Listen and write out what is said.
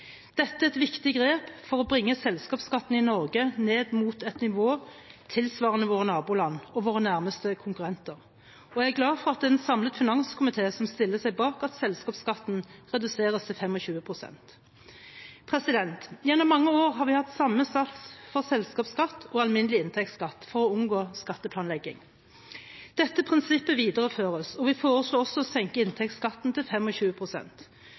Dette er et viktig grep for å bringe selskapsskatten i Norge ned mot et nivå tilsvarende våre naboland og våre nærmeste konkurrenter. Jeg er glad for at det er en samlet finanskomité som stiller seg bak at selskapsskatten reduseres til 25 pst. Gjennom mange år har vi hatt samme sats på selskapsskatt og alminnelig inntektsskatt for å unngå skatteplanlegging. Dette prinsippet videreføres, og vi foreslår også å senke inntektsskatten til